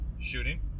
Shooting